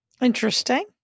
Interesting